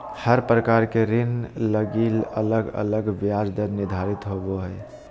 हर प्रकार के ऋण लगी अलग अलग ब्याज दर निर्धारित होवो हय